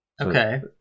okay